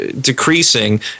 decreasing